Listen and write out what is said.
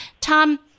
Tom